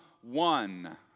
one